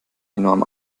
enorm